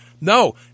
No